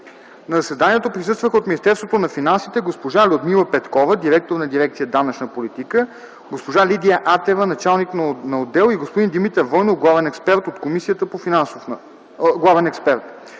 На заседанието присъстваха от Министерството на финансите – госпожа Людмила Петкова – директор на дирекция „Данъчна политика”, госпожа Лидия Атева – началник на отдел и господин Димитър Войнов – главен експерт, от Комисията по финансов